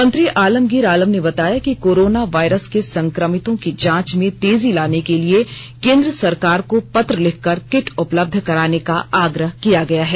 मंत्री आलमगीर आलम ने बताया कि कोरोना वायरस के संक्रमितों की जांच में तेजी लाने के लिए केंद्र सरकार को पत्र लिखकर किट उपलब्ध कराने का आग्रह किया गया है